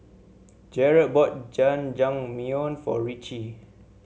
Jerad bought Jajangmyeon for Ricci